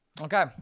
Okay